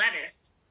lettuce